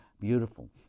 beautiful